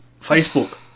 Facebook